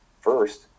first